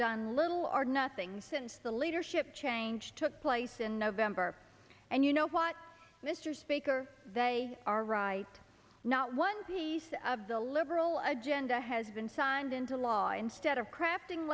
done little or nothing since the leadership change took place in november and you know what mr speaker they are right not one piece of the liberal agenda has been signed into law instead of crafting